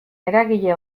eragile